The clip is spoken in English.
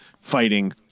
fighting